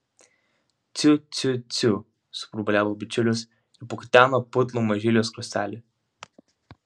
tiu tiu tiu suburbuliavo bičiulis ir pakuteno putlų mažylio skruostelį